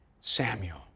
Samuel